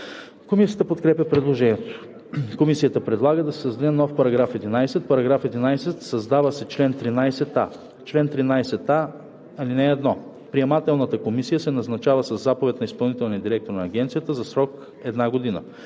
Комисията подкрепя предложението. Комисията предлага да се създаде нов § 11: „§ 11. Създава се чл. 13а: „Чл. 13а. (1) Приемателната комисия се назначава със заповед на изпълнителния директор на агенцията за срок една година.